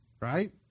right